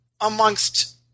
amongst